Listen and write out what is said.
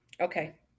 Okay